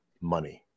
money